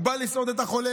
הוא בא לסעוד את החולה,